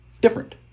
different